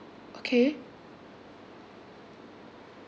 okay